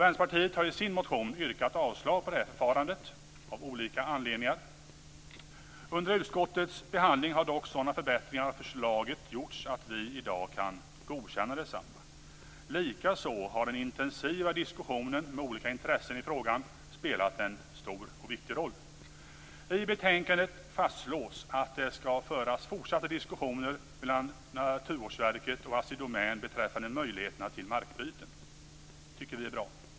Vänsterpartiet har i sin motion yrkat avslag på det förfarandet av olika anledningar. Under utskottets behandling har dock sådana förbättringar av förslaget gjorts att vi i dag kan godkänna detsamma. Likaså har den intensiva diskussionen med olika intressen i frågan spelat en stor och viktig roll. I betänkandet fastslås att det skall föras fortsatt diskussioner mellan Naturvårdsverket och Assi Domän beträffande möjligheterna till markbyten. Det tycker vi är bra.